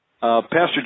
Pastor